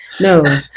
No